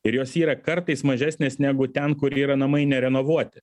ir jos yra kartais mažesnės negu ten kur yra namai nerenovuoti